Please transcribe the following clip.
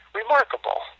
remarkable